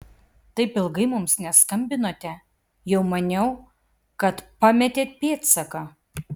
taip ilgai mums neskambinote jau maniau kad pametėt pėdsaką